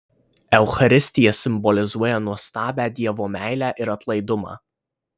eucharistija simbolizuoja nuostabią dievo meilę ir atlaidumą